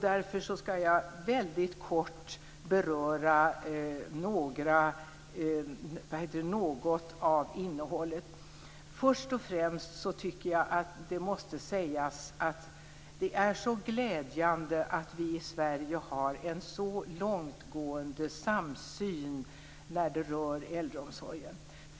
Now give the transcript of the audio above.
Därför skall jag mycket kortfattat beröra något av innehållet. Först och främst tycker jag att det måste sägas att det är mycket glädjande att vi i Sverige har en så långtgående samsyn när det gäller äldreomsorgen.